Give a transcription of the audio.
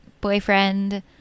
boyfriend